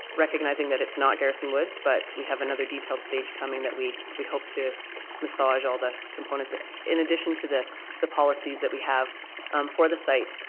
recognizing that it's not garrison woods but we have another detailed stage coming that we we hope to massage all the components in addition to the the policies that we have for the site,